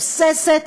תוססת,